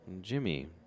Jimmy